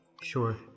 Sure